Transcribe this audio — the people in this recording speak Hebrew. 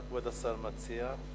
מה כבוד השר מציע?